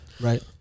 Right